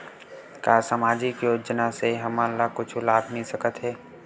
का सामाजिक योजना से हमन ला कुछु लाभ मिल सकत हे?